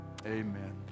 amen